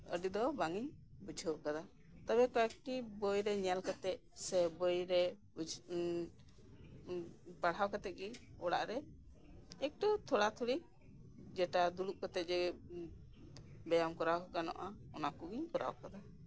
ᱟᱹᱰᱤ ᱫᱚ ᱵᱟᱝᱤᱧ ᱵᱩᱡᱷᱟᱹᱣ ᱟᱠᱟᱫᱟ ᱛᱚᱵᱮ ᱠᱚᱭᱮᱠᱴᱤ ᱵᱚᱭ ᱨᱮ ᱧᱮᱞ ᱠᱟᱛᱮᱫ ᱥᱮ ᱵᱚᱭ ᱨᱮᱯᱟᱲᱦᱟᱣ ᱠᱟᱛᱮᱫ ᱜᱤ ᱚᱲᱟᱜ ᱨᱮ ᱮᱠᱴᱩ ᱛᱷᱚᱲᱟ ᱛᱷᱚᱲᱤ ᱡᱮᱴᱟ ᱫᱩᱲᱩᱵ ᱠᱟᱛᱮᱫ ᱜᱤ ᱵᱮᱭᱟᱢ ᱠᱚᱨᱟᱣ ᱜᱟᱱᱚᱜᱼᱟ ᱚᱱᱟ ᱠᱚᱜᱤᱧ ᱠᱚᱨᱟᱣ ᱟᱠᱟᱫᱟ